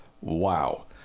Wow